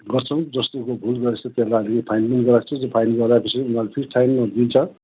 गर्छौँ जस्तोको भुल गरेको छ त्यसलाई हामी फाइन पनि गर्छौँ त्यो फाइन गराएपछि फेरि उनीहरूले टाइममा दिन्छ